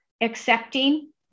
accepting